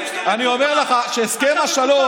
אני אומר לך שהסכם השלום,